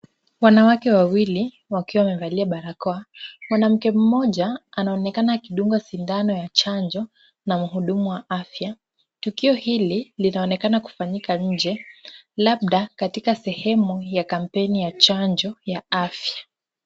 Wanawake wawili wakiwa wamevalia barakoa, mwanamke mmoja anaonekana akidungwa sindano ya chanjo na mhudumu wa afya. tukio hili linaonekana kufanyika nje labda katika sehemu ya kampeni ya chanjo ya afya.